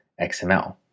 XML